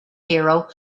hero